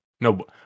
no